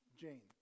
Jane